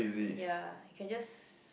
ya you can just